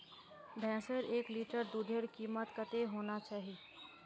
भैंसेर एक लीटर दूधेर कीमत कतेक होना चही?